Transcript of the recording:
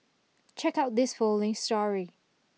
check out this following story